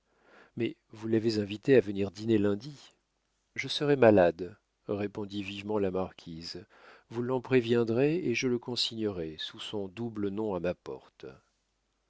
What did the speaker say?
mais vous l'avez invité à venir dîner lundi je serai malade répondit vivement la marquise vous l'en préviendrez et je le consignerai sous son double nom à ma porte